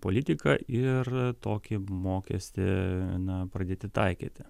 politiką ir tokį mokestį na pradėti taikyti